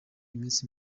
iminsi